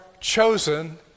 chosen